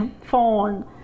phone